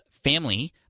family